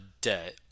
debt